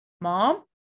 mom